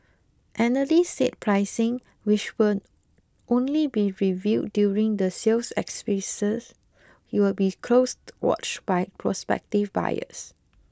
analysts said pricing which will only be revealed during the sales exercise will be closed watched by prospective buyers